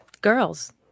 girls